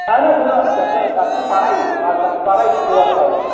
اہَن حظ شےٚ سَتھ تَتھ چھِ پَرٕے تَتھ چھِ پَرٕے ژور سَوارِ